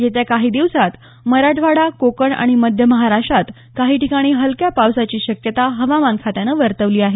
येत्या काही दिवसात मराठवाडा कोकण आणि मध्य महाराष्ट्रात काही ठिकाणी हलक्या पावसाची शक्यता हवामान खात्यानं वर्तवली आहे